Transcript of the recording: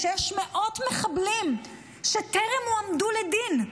כשיש מאות מחבלים שטרם הועמדו לדין,